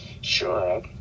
Sure